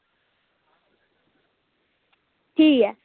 ठीक ऐ